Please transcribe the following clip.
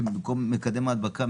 שבמקום מקדם ההדבקה,